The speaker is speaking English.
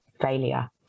failure